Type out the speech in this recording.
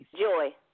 Joy